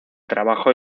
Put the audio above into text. trabajo